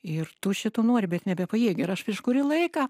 ir tu šito nuori bet nebepajėgi ir aš prieš kurį laiką